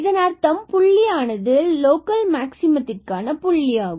இதன் அர்த்தம் இந்த புள்ளியானது லோக்கல் மாக்சிமத்திற்கான புள்ளியாகும்